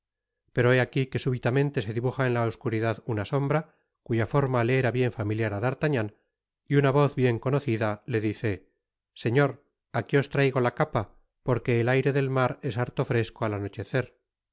pero he aqui que súbitamente se dibuja en la oscuridad una sombra cuya forma le era bien familiar á d'artagnan y una voz bien conocida le dice señor aqui os traigo la capa porque el aire del mar es harto fresco al anochecer